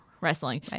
wrestling